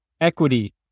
equity